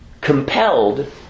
compelled